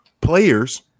players